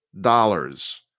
dollars